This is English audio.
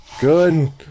good